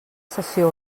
sessió